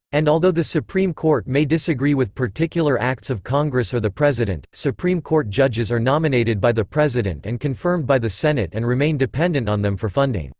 and although the supreme court may disagree with particular acts of congress or the president, supreme court judges are nominated by the president and confirmed by the senate and remain dependent on them for funding.